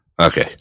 Okay